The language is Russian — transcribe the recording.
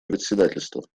председательства